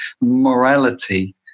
morality